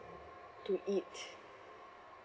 to eat